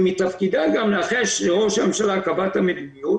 ומתפקידה גם ל- -- הרכבת המדיניות